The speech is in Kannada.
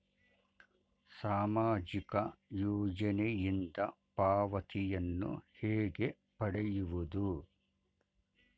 ಸಾಮಾಜಿಕ ಯೋಜನೆಯಿಂದ ಪಾವತಿಯನ್ನು ಹೇಗೆ ಪಡೆಯುವುದು?